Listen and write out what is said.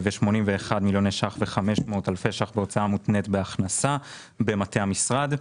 81 מיליוני שקלים ו-500 אלפי שקלים בהוצאה מותנית בהכנסה במטה המשרד.